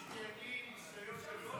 יש לי ניסיון גדול איתם.